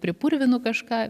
pripurvinu kažką